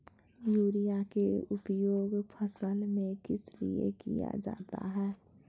Urea के उपयोग फसल में किस लिए किया जाता है?